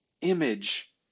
image